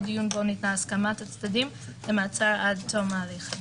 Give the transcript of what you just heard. או דיון בו ניתנה הסכמת הצדדים למעצר עד תום ההליכים".